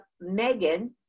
Megan